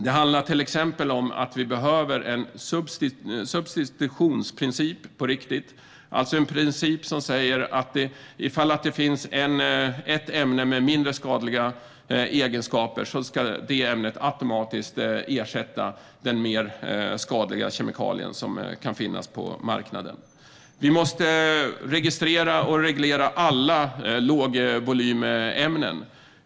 Det handlar till exempel om att vi behöver en substitutionsprincip på riktigt, alltså en princip som säger att om det finns ett ämne med mindre farliga egenskaper ska det ämnet automatiskt ersätta den mer skadliga kemikalie som kan finnas på marknaden. Vi måste registrera och reglera alla lågvolymämnen.